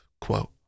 quote